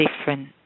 different